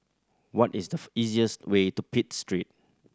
what is the easiest way to Pitt Street